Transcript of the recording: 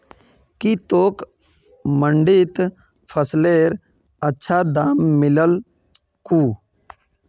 की तोक मंडीत फसलेर अच्छा दाम मिलील कु